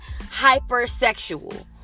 hypersexual